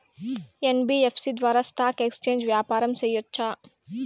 NBFC ద్వారా stock exchange వ్యాపారం సేయొచ్చా?